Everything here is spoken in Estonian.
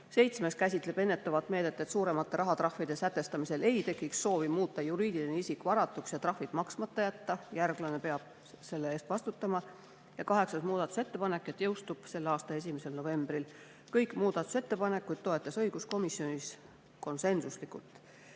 Seitsmes käsitleb ennetavat meedet, et suuremate rahatrahvide sätestamisel ei tekiks soovi muuta juriidiline isik varatuks ja trahvid maksmata jätta. Järglane peab selle eest vastutama. Kaheksas muudatusettepanek näeb ette, et [seadus] jõustub selle aasta 1. novembril. Kõiki muudatusettepanekuid toetas õiguskomisjon konsensuslikult.